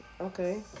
Okay